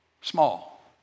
small